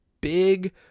big